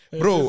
bro